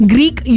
Greek